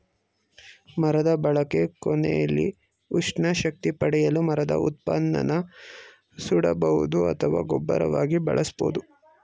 ಮರದ ಬಳಕೆ ಕೊನೆಲಿ ಉಷ್ಣ ಶಕ್ತಿ ಪಡೆಯಲು ಮರದ ಉತ್ಪನ್ನನ ಸುಡಬಹುದು ಅಥವಾ ಗೊಬ್ಬರವಾಗಿ ಬಳಸ್ಬೋದು